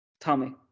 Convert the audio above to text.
Tommy